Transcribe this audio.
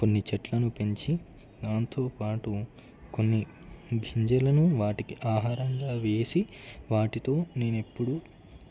కొన్ని చెట్లను పెంచి దాంతోపాటు కొన్ని గింజలను వాటికి ఆహారంగా వేసి వాటితో నేనెప్పుడూ